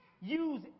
Use